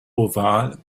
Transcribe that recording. oval